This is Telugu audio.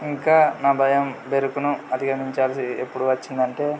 ఇంకా నా భయం బెరుకును అధిగమించాల్సి ఎప్పుడు వచ్చింది అంటే